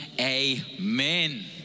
Amen